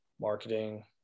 marketing